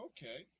Okay